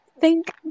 Thank